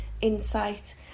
insight